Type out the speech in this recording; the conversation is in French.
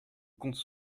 compte